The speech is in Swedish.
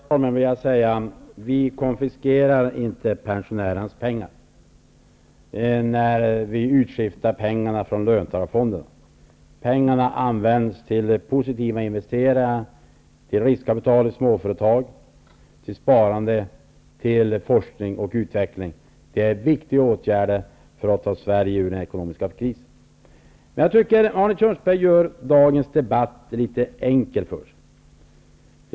Herr talman! Först vill jag säga att vi inte konfiskerar pensionärernas pengar när vi utskiftar pengarna från löntagarfonderna. Pengarna används till positiva investeringar, till riskkapital i småföretag, till sparande, till forskning och utveckling. Det är viktiga åtgärder för att ta Sverige ur den ekonomiska krisen. Jag tycker att Arne Kjörnsberg gör det litet enkelt för sig i dagens debatt.